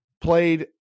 played